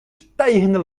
stijgende